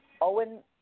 Owen